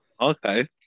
Okay